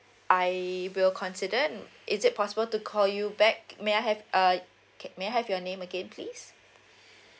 I will consider is it possible to call you back may I have uh can may I have your name again please